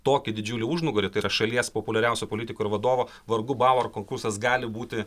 tokį didžiulį užnugarį tai yra šalies populiariausio politiko ir vadovo vargu bau ar konkursas gali būti